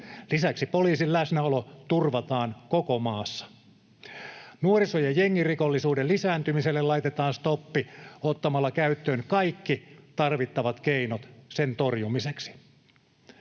Lisäksi poliisin läsnäolo turvataan koko maassa. Nuoriso- ja jengirikollisuuden lisääntymiselle laitetaan stoppi ottamalla käyttöön kaikki tarvittavat keinot sen torjumiseksi.